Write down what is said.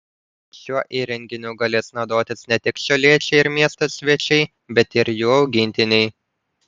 šiuo įrenginiu galės naudotis ne tik šiauliečiai ir miesto svečiai bet ir jų augintiniai